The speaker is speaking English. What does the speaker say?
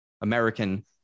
American